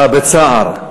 בא בצער.